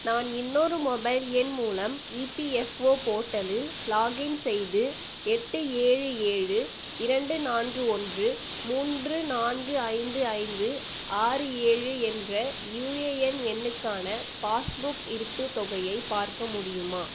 நான் இன்னொரு மொபைல் எண் மூலம் இபிஎஃப்ஓ போர்ட்டலில் லாக்இன் செய்து எட்டு ஏழு ஏழு இரண்டு நான்கு ஒன்று மூன்று நான்கு ஐந்து ஐந்து ஆறு ஏழு என்ற யுஏஎன் எண்ணுக்கான பாஸ்புக் இருப்புத் தொகையை பார்க்க முடியுமா